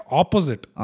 opposite